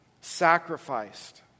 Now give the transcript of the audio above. sacrificed